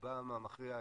רובן המכריע,